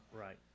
Right